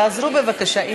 תעזרו, בבקשה.